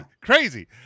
crazy